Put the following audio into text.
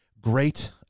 great